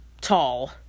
tall